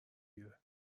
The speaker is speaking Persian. گیره